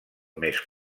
més